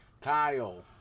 Kyle